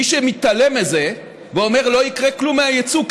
מי שמתעלם מזה ואומר: לא יקרה כלום מהיצוא,